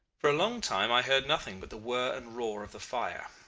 for a long time i heard nothing but the whir and roar of the fire.